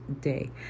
day